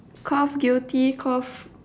cough guilty cough